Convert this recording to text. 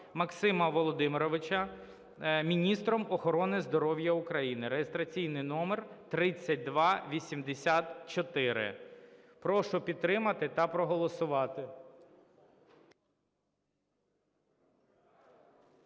Максима Володимировича міністром охорони здоров'я України (реєстраційний номер 3284). Прошу підтримати та проголосувати.